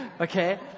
okay